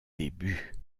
début